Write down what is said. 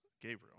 Gabriel